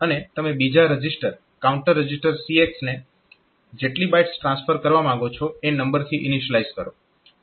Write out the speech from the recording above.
અને તમે બીજા રજીસ્ટર કાઉન્ટ રજીસ્ટર CX ને જેટલી બાઇટ્સ ટ્રાન્સફર કરવા માંગો છો એ નંબરથી ઇનિશિયલાઈઝ કરો